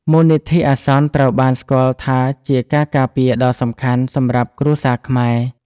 មូលនិធិអាសន្នត្រូវបានស្គាល់ថាជាការការពារដ៏សំខាន់សម្រាប់គ្រួសារខ្មែរ។